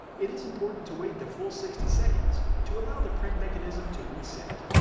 it is important to wait the full sixty seconds to allow the print mechanism to reset.